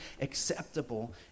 acceptable